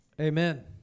Amen